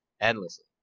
endlessly